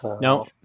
no